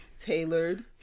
tailored